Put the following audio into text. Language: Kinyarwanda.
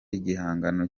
igihangano